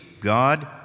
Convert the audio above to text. God